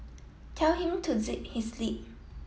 tell him to zip his lip